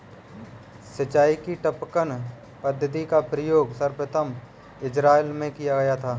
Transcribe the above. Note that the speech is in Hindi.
सिंचाई की टपकन पद्धति का प्रयोग सर्वप्रथम इज़राइल में किया गया